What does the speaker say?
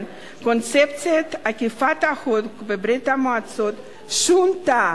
קונספציית אכיפת החוק בברית-המועצות שונתה